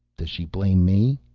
does she blame. me?